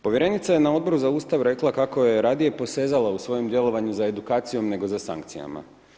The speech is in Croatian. Povjerenica je na Odboru za Ustav rekla kako je radije posezala u svojem djelovanju za edukacijom nego za sankcijama.